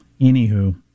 Anywho